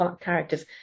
characters